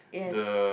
yes